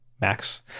Max